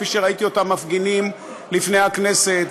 כפי שראיתי אותם מפגינים לפני הכנסת,